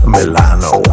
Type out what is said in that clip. Milano